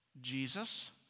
Jesus